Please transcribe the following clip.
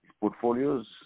portfolios